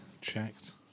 Checked